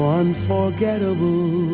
unforgettable